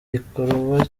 gikorwa